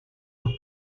were